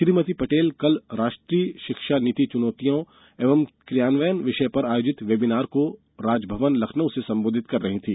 श्रीमती पटेल कल राष्ट्रीय शिक्षा नीति चुनौतियाँ एवं क्रियान्वयन विषय पर आयोजित वेबिनार को राजभवन लखनऊ से सम्बोधित कर रही थी